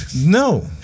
no